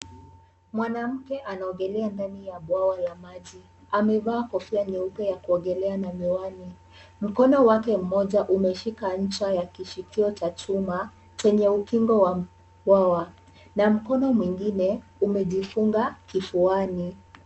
Mwanamke anaogelea ndani ya bwawa la maji, amevaa kofia nyeupe ya kuogelea na miwani , mkono wake mmoja umeshika ncha ya kishitio cha chuma chenye ukingo wa bwagwa na mkono mwingine umejifunga kifuani .